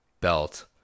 belt